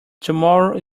tomorrow